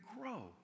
grow